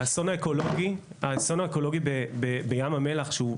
האסון האקולוגי בים המלח שהוא יחיד,